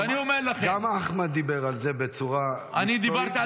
כמה אחמד דיבר על זה בצורה מקצועית,